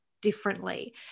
differently